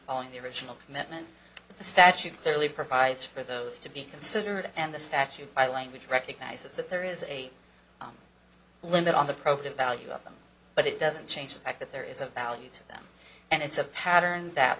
following the original commitment that the statute clearly provides for those to be considered and the statute by language recognizes that there is a limit on the program value of them but it doesn't change the fact that there is a value to them and it's a pattern that